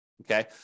okay